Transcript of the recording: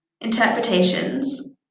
Interpretations